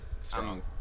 Strong